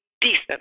decent